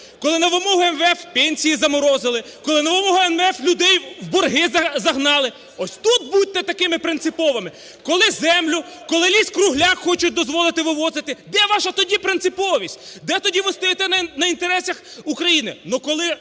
коли на вимогу МВФ пенсії заморозили, коли на вимогу МВФ людей в борги загнали. Ось тут будьте такими принциповими! Коли землю… коли ліс-кругляк хочуть дозволити вивозити. Де ваша тоді принциповість? Де тоді ви стоїте на інтересах України?